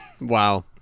Wow